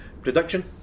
production